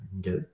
get